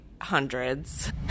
hundreds